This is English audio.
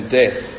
death